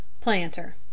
planter